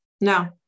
no